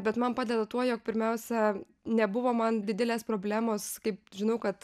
bet man padeda tuo jog pirmiausia nebuvo man didelės problemos kaip žinau kad